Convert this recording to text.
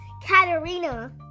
Katerina